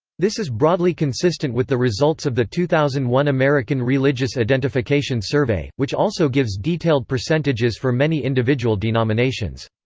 this is broadly consistent with the results of the two thousand and one american religious identification survey, which also gives detailed percentages for many individual denominations.